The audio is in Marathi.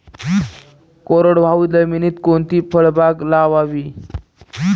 कोरडवाहू जमिनीत कोणती फळबाग लावावी?